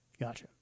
Gotcha